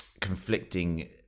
conflicting